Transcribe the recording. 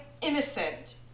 innocent